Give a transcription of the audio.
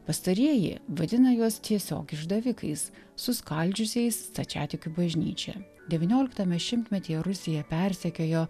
pastarieji vadina juos tiesiog išdavikais suskaldžiusiais stačiatikių bažnyčią devynioliktame šimtmetyje rusija persekiojo